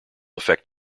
effect